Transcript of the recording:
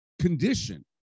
condition